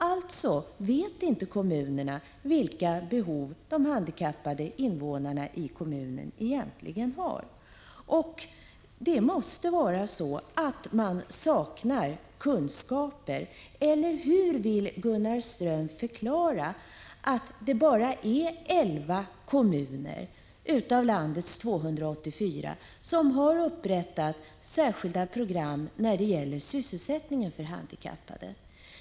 Alltså vet inte kommunerna vilka behov de handikappade invånarna i resp. kommun har. Det måste vara så att man saknar kunskaper — eller hur vill Gunnar Ström förklara att bara elva av landets 284 kommuner har upprättat särskilda program när det gäller sysselsättning för handikappade?